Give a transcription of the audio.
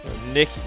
Nick